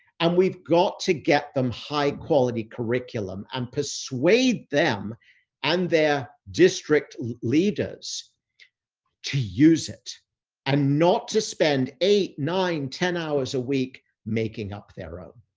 and we've got to get them high quality curriculum and persuade them and their district leaders to use it and not to spend eight, nine, ten hours a week making up their own.